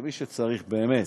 ומי שצריך באמת,